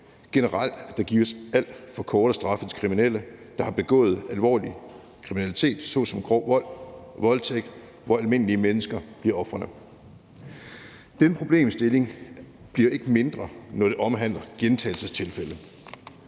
generelt gives alt for korte straffe til kriminelle, der har begået alvorlig kriminalitet såsom grov vold og voldtægt, hvor almindelige mennesker bliver ofrene. Den problemstilling bliver ikke mindre, når det omhandler gentagelsestilfælde.